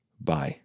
Bye